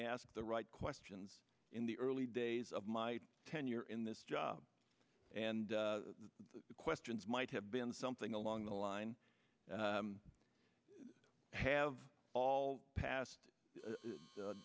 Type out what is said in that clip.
ask the right questions in the early days of my tenure in this job and the questions might have been something along the line have all past